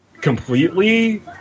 completely